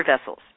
vessels